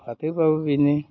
फाथोबाबो बेनो